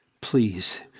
please